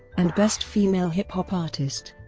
and best female hip-hop artist.